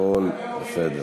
הכול בסדר.